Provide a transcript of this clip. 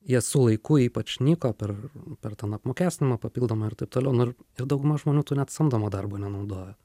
jie su laiku ypač nyko per per ten apmokestinamą papildomą ir taip toliau nu ir ir dauguma žmonių to net samdomo darbo nenaudojo